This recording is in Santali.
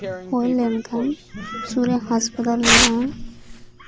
ᱦᱩᱭ ᱞᱮᱱᱠᱷᱟᱱ ᱥᱩᱨ ᱨᱮ ᱦᱟᱥᱯᱟᱛᱟᱞ ᱢᱮᱱᱟᱜᱼᱟ